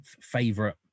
favorite